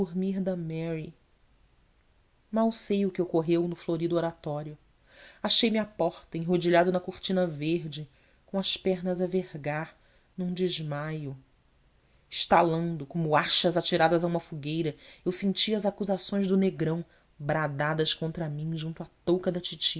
mary mal sei o que ocorreu no florido oratório achei-me à porta enrodilhado na cortina verde com as pernas a vergar num desmaio estalando como achas atiradas a uma fogueira eu sentia as acusações do negrão bradadas contra mim junto à touca da titi